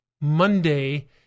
Monday